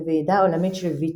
בוועידה עולמית של ויצו.